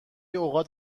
اوقات